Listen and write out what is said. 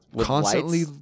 Constantly